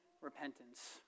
repentance